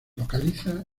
localiza